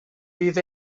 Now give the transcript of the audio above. bydd